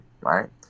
right